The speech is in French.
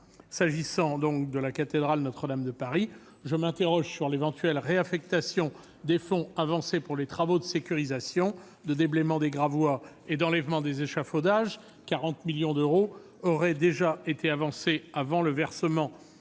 S'agissant de la cathédrale Notre-Dame de Paris, je m'interroge sur l'éventuelle réaffectation des fonds avancés pour les travaux de sécurisation, de déblaiement des gravois et d'enlèvement des échafaudages. Près de 40 millions d'euros auraient déjà été avancés à l'État avant le versement